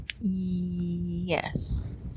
Yes